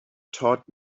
taught